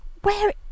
Where